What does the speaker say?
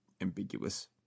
ambiguous